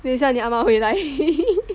等一下你阿嬷回来